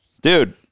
Dude